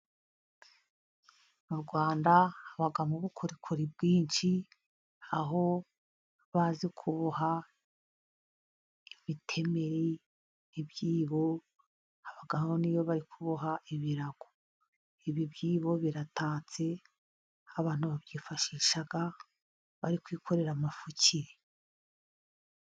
Mu Rwanda habamo ubukorikori bwinshi , aho bazi kuboha imitemeri, ibyibo habagaho niyo bari kuboha ibirago. Ibi byibo biratantse abantu babyifashisha bari kwikorera amafuki.